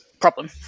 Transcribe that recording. problem